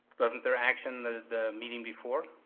wasn't there action the the meeting before?